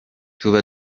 tuba